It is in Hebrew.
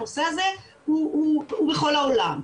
הנושא הזה הוא בכל העולם,